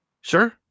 sure